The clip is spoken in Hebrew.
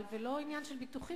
ולא עניין של ביטוחים,